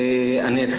אני אתחיל